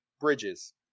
Bridges